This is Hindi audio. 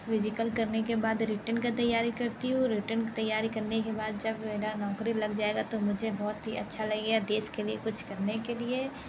फिजिकल करने के बाद रिटर्न का तैयारी करती हूँ रिटर्न तैयारी करने के बाद जब मेरा नौकरी लग जाएगा तो मुझे बहुत ही अच्छा लगेगा देश के लिए कुछ करने के लिए